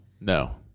No